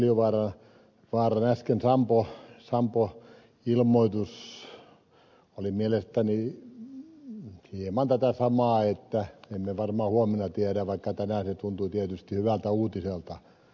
asko seljavaaran äskeinen sampo ilmoitus oli mielestäni hieman tätä samaa että emme tiedä varmasti huomisesta vaikka tänään se tuntui tietysti hyvältä uutiselta